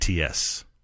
ATS